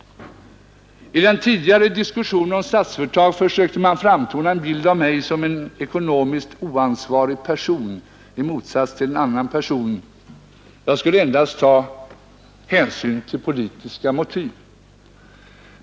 I den tidigare diskussionen om Statsföretag försökte man framtona en bild av mig som en ekonomiskt oansvarig person i motsats till en annan person. Jag skulle endast ta hänsyn till politiska motiv.